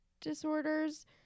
disorders